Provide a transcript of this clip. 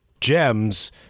Gems